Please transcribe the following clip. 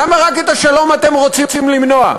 למה רק את השלום אתם רוצים למנוע?